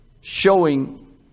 showing